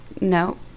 No